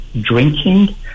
drinking